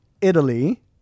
italy